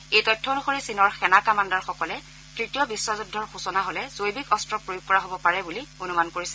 এই তথ্য অনুসৰি চীনৰ সেনা কামাণ্ডাৰসকলে তৃতীয় বিশ্বযুদ্ধৰ সূচনা হলে জৈৱিক অস্ত্ৰ প্ৰয়োগ কৰা হব পাৰে বুলি অনুমান কৰিছে